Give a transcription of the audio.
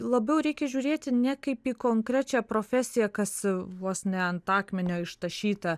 labiau reikia žiūrėti ne kaip į konkrečią profesiją kas vos ne ant akmenio ištašyta